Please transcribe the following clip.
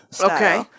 okay